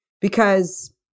because-